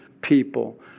people